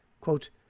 Quote